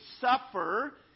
suffer